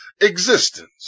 existence